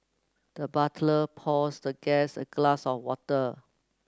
the butler pours the guest a glass of water